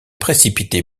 précipité